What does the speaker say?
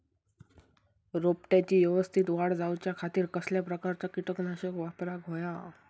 रोपट्याची यवस्तित वाढ जाऊच्या खातीर कसल्या प्रकारचा किटकनाशक वापराक होया?